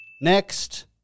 Next